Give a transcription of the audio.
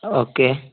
okay